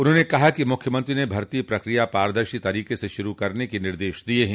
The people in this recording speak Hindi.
उन्होंने कहा कि मुख्यमंत्री ने भर्ती प्रक्रिया पारदर्शी तरीके से शुरू करने के निर्देश दिये हैं